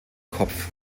kopf